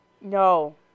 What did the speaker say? No